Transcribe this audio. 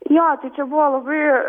jo tai čia buvo labai